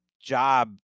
Job